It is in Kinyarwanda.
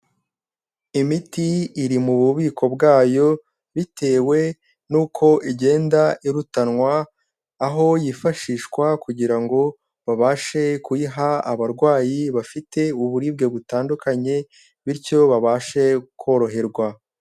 Imiti iri mu bubiko bwayo bitewe n'uko igenda irutanwa, aho yifashishwa kugira ngo babashe kuyiha abarwayi bafite uburibwe butandukanye bityo babashe koroherwa.